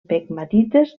pegmatites